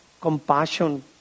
compassion